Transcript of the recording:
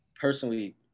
personally